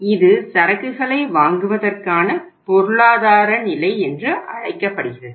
இது சரக்குகளை வாங்குவதற்கான பொருளாதார நிலை என்று அழைக்கப்படுகிறது